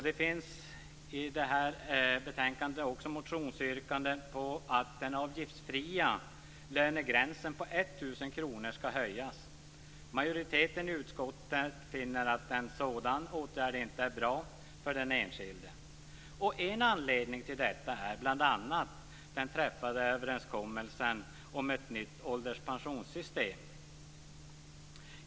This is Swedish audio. Det finns i detta betänkande också motionsyrkanden om att den avgiftsfria lönegränsen på 1 000 kr skall höjas. Majoriteten i utskottet finner att en sådan åtgärd inte är bra för den enskilde. En anledning till detta är den träffade överenskommelsen om ett nytt ålderspensionssystem.